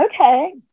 Okay